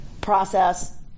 process